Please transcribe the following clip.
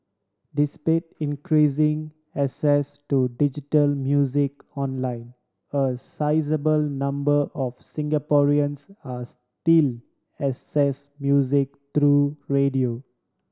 increasing access to digital music online a sizeable number of Singaporeans are still access music through radio